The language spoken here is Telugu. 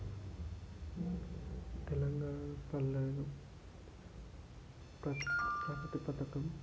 తెలంగాణ పల్లెలు ప్రగతి పథకం